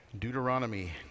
Deuteronomy